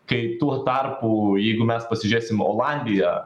kai tuo tarpu jeigu mes pasižiūrėsim olandiją